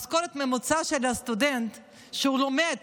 משכורת ממוצעת של סטודנט שלומד